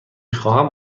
خواهم